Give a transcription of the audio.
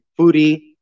foodie